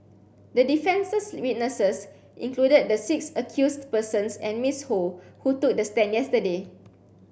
the defence's witnesses included the six accused persons and Miss Ho who took the stand yesterday